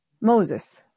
Moses